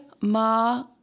Ma